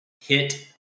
hit